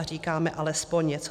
Říkáme alespoň něco.